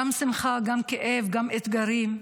גם שמחה, גם כאב, גם אתגרים.